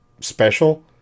special